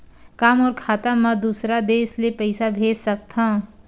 का मोर खाता म दूसरा देश ले पईसा भेज सकथव?